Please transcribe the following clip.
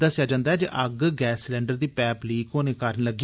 दस्सेआ जंदा ऐ जे अग्ग गैस सलेंडर दी पैप लीक होने कारण लग्गी